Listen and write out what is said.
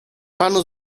panu